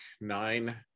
nine